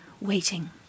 waiting